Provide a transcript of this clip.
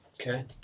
okay